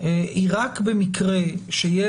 היא רק במקרה שיש